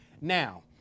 Now